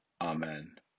Amen